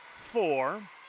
four